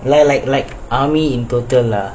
like like like army in total lah